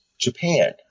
Japan